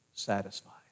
Satisfied